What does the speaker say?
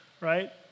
right